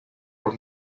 por